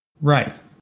Right